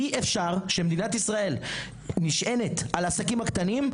אי אפשר שמדינת ישראל נשענת על העסקים הקטנים,